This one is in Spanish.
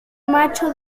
macho